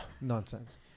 Nonsense